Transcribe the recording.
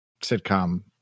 sitcom